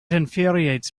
infuriates